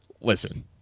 Listen